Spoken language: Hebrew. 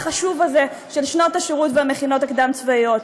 חשוב הזה של שנות השירות והמכינות הקדם-צבאיות.